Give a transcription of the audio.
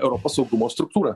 europos saugumo struktūrą